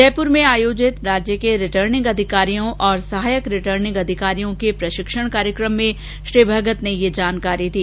जयपुर में आयोजित राज्य के रिटर्निंग अधिकारियों और सहायक रिटर्निंग अधिकारियों के प्रषिक्षण कार्यक्रम में श्री भगत ने ये जानकारी दी